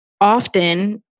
often